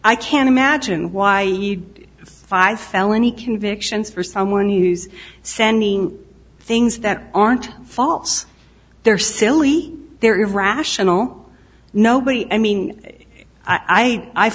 i can't imagine why i need five felony convictions for someone use sending things that aren't false they're silly they're irrational nobody i mean i i